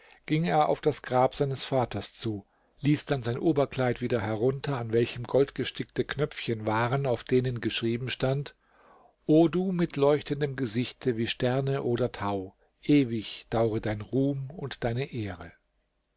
ging er auf das grab seines vaters zu ließ dann sein oberkleid wieder herunter an welchem goldgestickte knöpfchen waren auf denen geschrieben stand o du mit leuchtendem gesichte wie sterne oder tau ewig daure dein ruhm und deine ehre